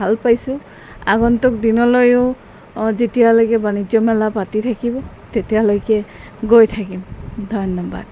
ভাল পাইছোঁ আগন্তুক দিনলৈও যেতিয়ালৈকে বাণিজ্য মেলা পাতি থাকিব তেতিয়ালৈকে গৈ থাকিম ধন্যবাদ